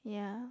yeah